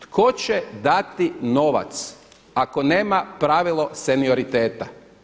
Tko će dati novac ako nema pravilo senioriteta?